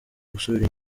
gusubira